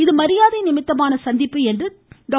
இது மரியாதை நிமித்தமான சந்திப்பு என்று திரு